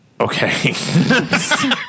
Okay